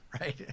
right